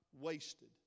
wasted